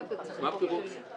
מה פירוש?